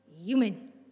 human